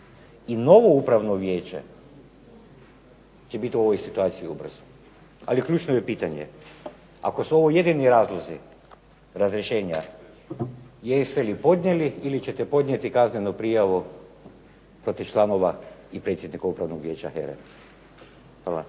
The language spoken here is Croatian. i novo Upravno vijeće će biti u ovoj situaciji ubrzo. Ali ključno je pitanje, ako su ovo jedini razlozi razrješenja jeste li podnijeli ili ćete podnijeti kaznenu prijavu protiv članova i predsjednika Upravnog vijeća HERA-e? Hvala.